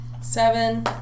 Seven